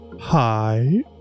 Hi